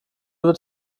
wird